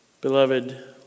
Beloved